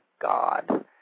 God